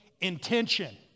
intention